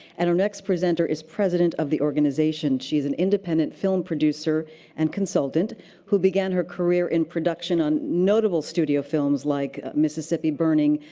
and our next presenter is president of the organization. she is an independent film producer and consultant who began her career in production on notable studio films like mississippi burning,